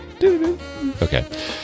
Okay